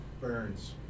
Burns